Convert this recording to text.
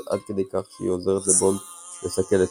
עד כדי כך שהיא עוזרת לבונד לסכל את